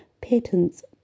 patents